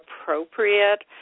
appropriate